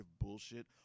bullshit